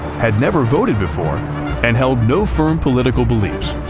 had never voted before and held no firm political beliefs.